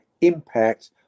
impact